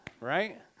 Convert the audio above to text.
Right